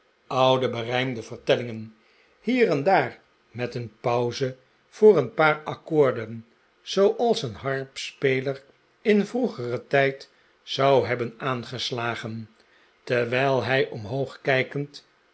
oude berijmde vertellingen hier en daar met een pauze voor een paar accoorden zooals een harpspeler in vroegeren tijd zou hebben aangeslagen terwijl hij omhoog kijkend